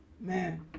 man